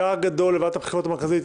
תעמולת הבחירות,